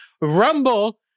rumble